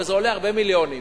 וזה עולה הרבה מיליונים.